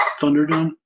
Thunderdome